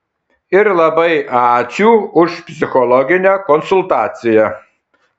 ir labai ačiū už psichologinę konsultaciją